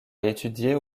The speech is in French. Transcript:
étudier